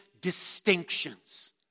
distinctions